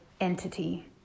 entity